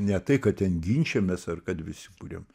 ne tai kad ten ginčijamės ar kad visi kuriam